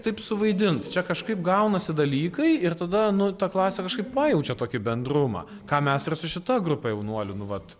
taip suvaidint čia kažkaip gaunasi dalykai ir tada nu ta klasė kažkaip pajaučia tokį bendrumą ką mes ir su šita grupe jaunuolių nu vat